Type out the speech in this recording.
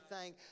thank